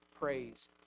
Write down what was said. praise